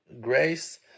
grace